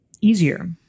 easier